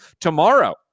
tomorrow